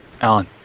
Alan